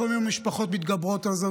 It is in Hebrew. לפעמים המשפחות מתגברות על זה,